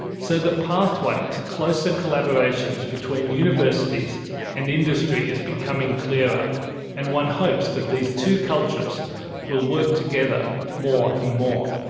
so the pathway to closer collaborations between universities and industry is becoming clearer and one hopes that these two cultures will work together more and more.